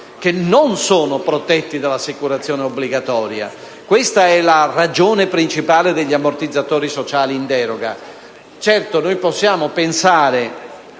che non sono protetti dall'assicurazione obbligatoria. Questa è la ragione principale degli ammortizzatori sociali in deroga.